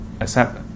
accept